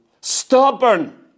stubborn